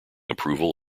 approval